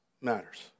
matters